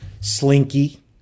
Slinky